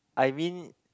I mean